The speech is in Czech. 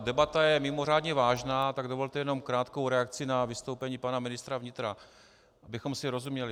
Debata je mimořádně vážná, tak dovolte jen krátkou reakci na vystoupení pana ministra vnitra, abychom si rozuměli.